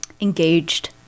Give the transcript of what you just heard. engaged